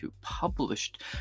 published